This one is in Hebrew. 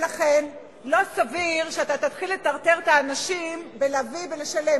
לא סביר שאתה תתחיל לטרטר את האנשים להביא ולשלם,